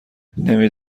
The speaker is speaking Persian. نمی